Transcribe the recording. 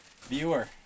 viewer